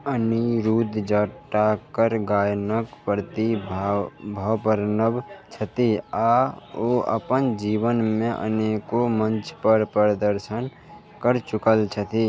अनिरुद्ध जटाकर गायनक प्रति भाव भाव प्रणव छथि आ ओ अपन जीवनमे अनेको मञ्च पर प्रदर्शन कऽ चुकल छथि